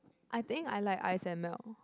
I think I like ice and melt